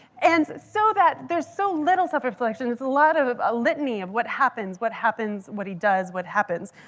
and so that there's so little self reflection, there's a lot of a litany of what happens, what happens, what he does, what happens.